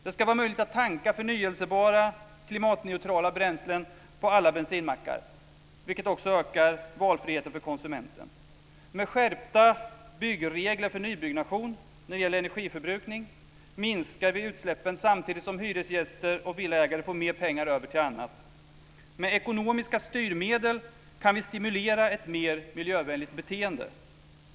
Det ska vara möjligt att tanka förnybara klimatneutrala bränslen på alla bensinmackar, vilket också ökar valfriheten för konsumenten. Med skärpta byggregler för nybyggnation när det gäller energiförbrukning minskar vi utsläppen samtidigt som hyresgäster och villaägare får mer pengar över till annat. Med ekonomiska styrmedel kan vi stimulera ett mer miljövänligt beteende.